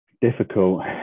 Difficult